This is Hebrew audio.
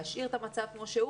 להשאיר את המצב כמו שהוא,